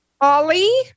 Ollie